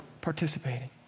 participating